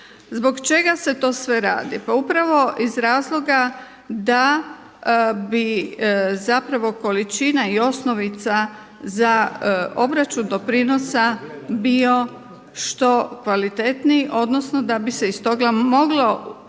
Zbog čega se to sve radi? Pa upravo iz razloga da bi zapravo količina i osnovica za obračun doprinosa bio što kvalitetniji, odnosno da bi se iz toga moglo servisirati,